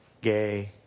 gay